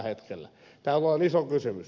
tämä on iso kysymys